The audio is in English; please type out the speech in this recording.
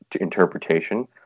Interpretation